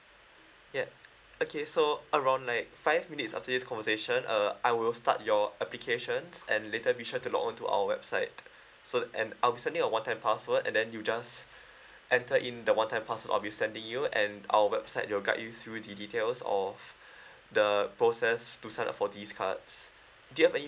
ya okay so around like five minutes after this conversation uh I will start your applications and later be sure to log on to our website so and I'll be sending a one time password and then you just enter in the one time password I'll be sending you and our website will guide you through the details of the process to sign up for these cards do you have any